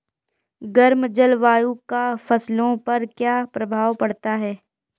गर्म जलवायु का फसलों पर क्या प्रभाव पड़ता है?